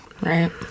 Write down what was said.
Right